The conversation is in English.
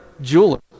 jeweler